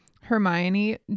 Hermione